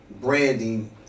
branding